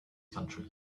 country